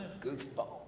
goofball